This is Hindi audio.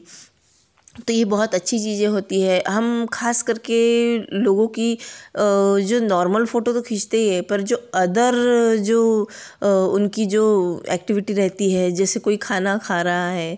तो यह बहुत अच्छी चीज़ें होती हैं हम खास करके लोगों की जो नॉर्मल फ़ोटो तो खींचते हैं पर जो अदर जो उनकी जो एक्टिविटी रहती है जैसे कोई खाना खा रहा है